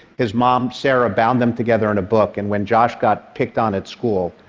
his mom, sarah, bound them together in a book, and when josh got picked on at school,